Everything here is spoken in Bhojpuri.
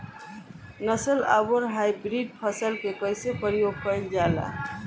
नस्ल आउर हाइब्रिड फसल के कइसे प्रयोग कइल जाला?